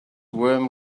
worm